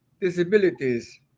disabilities